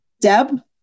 Deb